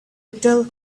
trail